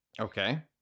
Okay